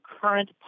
current